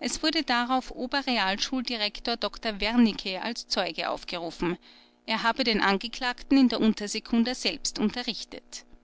es wurde darauf ober realschuldirektor dr wernicke als zeuge aufgerufen er habe den angeklagten in der untersekunda selbst unterrichtet